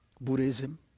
Buddhism